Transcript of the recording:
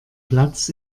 platz